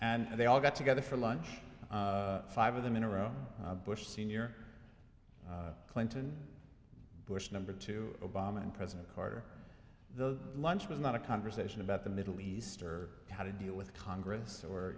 and they all got together for lunch five of them in a row bush senior clinton bush number two obama and president carter the lunch was not a conversation about the middle east or how to deal with congress or